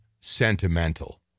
sentimental